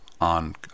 on